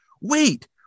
wait